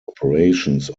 operations